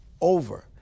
Over